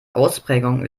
ausprägung